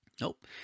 Nope